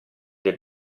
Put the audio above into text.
del